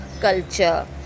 culture